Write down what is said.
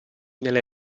nelle